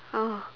oh